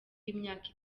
y’imyaka